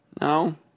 No